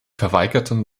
verweigerten